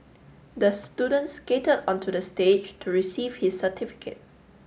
the student skated onto the stage to receive his certificate